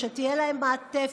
שתהיה להם מעטפת,